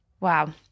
Wow